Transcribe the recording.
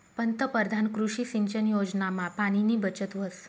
पंतपरधान कृषी सिंचन योजनामा पाणीनी बचत व्हस